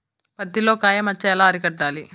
పత్తిలో కాయ మచ్చ ఎలా అరికట్టాలి?